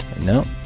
No